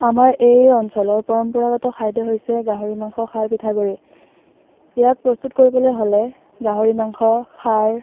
আমাৰ এই অঞ্চলৰ পৰম্পৰাগত খাদ্য হৈছে গাহৰিমাংস খাৰ পিঠাগুড়ি ইয়াক প্ৰস্তুত কৰিবলৈ হ'লে গাহৰিমাংস খাৰ